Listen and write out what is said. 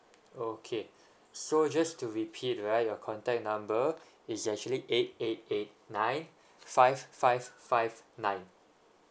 okay so just to repeat right your contact number is actually eight eight eight nine five five five nine